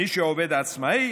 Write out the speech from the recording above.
מי שעובד עצמאי,